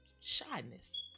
shyness